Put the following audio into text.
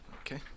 Okay